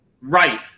right